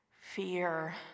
fear